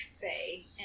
Faye